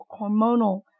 hormonal